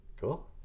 Cool